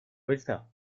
verità